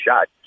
shot